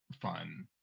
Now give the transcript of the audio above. fun